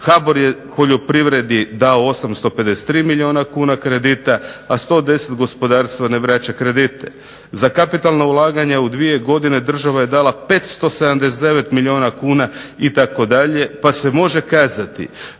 HBOR je poljoprivredi da 853 milijuna kredita, a 110 gospodarstvo ne vraća kredite. Za kapitalna ulaganja za dvije godine država je dala 579 milijuna kuna itd. pa se može kazati